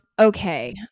Okay